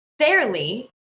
fairly